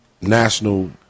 national